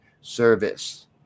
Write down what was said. service